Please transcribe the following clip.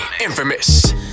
Infamous